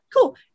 cool